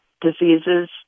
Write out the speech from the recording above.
diseases